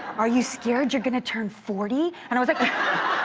are you scared you're gonna turn forty? and i was like